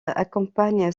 accompagne